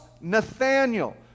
Nathaniel